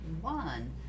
one